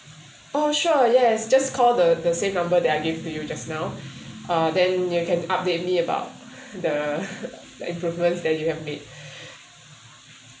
oh sure yes just call the the same number that I give to you just now uh then you can update me about the the improvements that you have made